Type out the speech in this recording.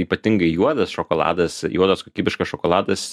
ypatingai juodas šokoladas juodas kokybiškas šokoladas